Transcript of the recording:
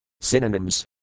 Synonyms